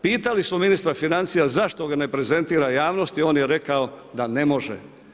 Pitali smo ministra financija zašto ga ne prezentira javnosti, on je rekao da ne može.